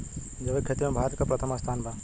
जैविक खेती में भारत के प्रथम स्थान बा